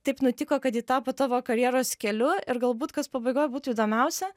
taip nutiko kad ji tapo tavo karjeros keliu ir galbūt kas pabaigoj būtų įdomiausia